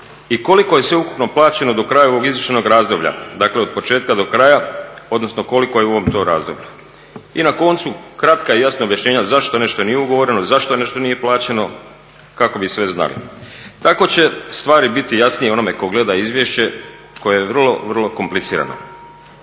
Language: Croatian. i koliko je sveukupno plaćeno do kraja ovog izvještajnog razdoblja, dakle od početka do kraja, odnosno koliko je u ovom tom razdoblju. I na koncu kratka i jasna objašnjenja zašto nešto nije ugovoreno, zašto nešto nije plaćeno kako bi sve znali. Tako će stvari biti jasnije onome tko gleda izvješće koje je vrlo, vrlo komplicirano.